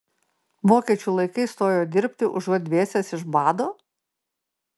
vokiečių laikais stojo dirbti užuot dvėsęs iš bado